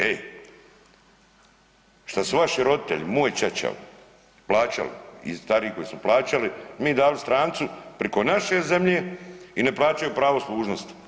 E, što su vaši roditelji, moj ćaća plaćali i stariji koji su plaćali mi dali strancu preko naše zemlje i ne plaćaju pravo služnosti.